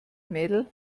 mädel